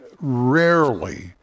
rarely